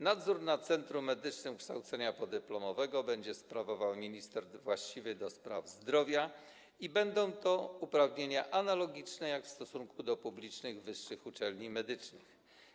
Nadzór nad Centrum Medycznym Kształcenia Podyplomowego będzie sprawował minister właściwy do spraw zdrowia i będą to uprawnienia analogiczne do tych w stosunku do publicznych wyższych uczelni medycznych.